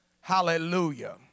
Hallelujah